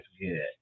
good